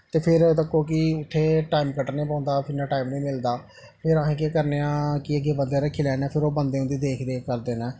ते फिर तक्को कि उत्थें टैम कड्ढने पौंदा इन्ना टैम निं मिलदा फिर अस केह् करने आं कि अग्गें बंदे रक्खी लैन्ने आं फिर ओह् बंदे उं'दी देख रेख करदे न